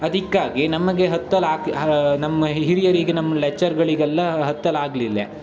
ಅದಕ್ಕಾಗಿ ನಮಗೆ ಹತ್ತಲಿಕ್ ಹಾ ನಮ್ಮ ಹಿರಿಯರಿಗೆ ನಮ್ಮ ಲೆಕ್ಚರ್ಗಳಿಗೆಲ್ಲ ಹತ್ತಲಾಗ್ಲಿಲ್ಲ